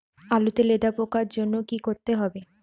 আলুতে লেদা পোকার জন্য কি করতে হবে?